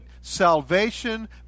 salvation